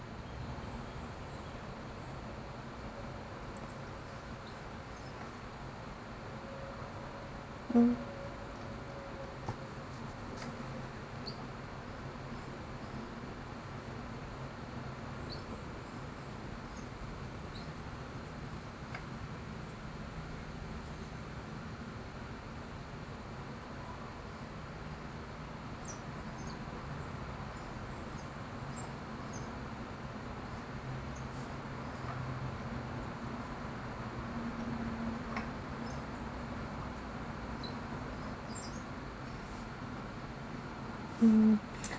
mm mm